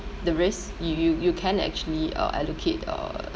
the risk you you you can actually uh allocate uh